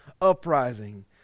uprising